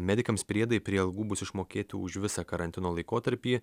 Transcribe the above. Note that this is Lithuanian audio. medikams priedai prie algų bus išmokėti už visą karantino laikotarpį